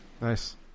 Nice